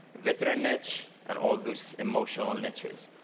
veteran niche and all those emotional niches.